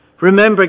Remember